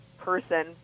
Person